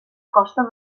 costa